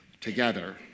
Together